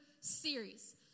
series